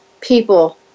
people